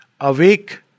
Awake